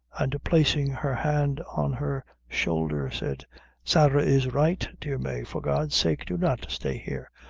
and placing her hand on her shoulder, said sarah is right, dear mave for god's sake do not stay here.